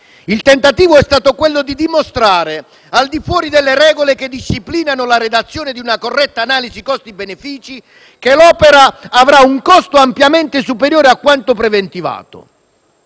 Il tentativo è stato quello di dimostrare, al di fuori delle regole che disciplinano la redazione di una corretta analisi costi-benefici, che l'opera avrà un costo ampiamente superiore a quanto preventivato.